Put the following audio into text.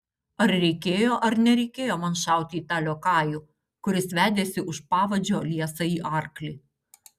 ar reikėjo ar nereikėjo man šauti į tą liokajų kuris vedėsi už pavadžio liesąjį arklį